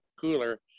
cooler